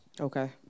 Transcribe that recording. Okay